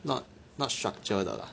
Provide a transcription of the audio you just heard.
not not structure 的 lah